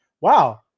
wow